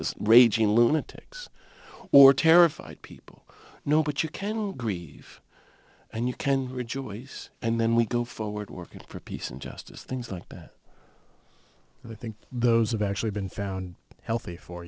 as raging lunatics or terrified people no but you can grieve and you can rejoice and then we go forward working for peace and justice things like that i think those have actually been found healthy for